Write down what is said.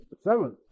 seventh